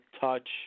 touch